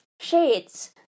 shades